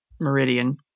Meridian